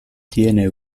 tiene